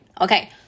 Okay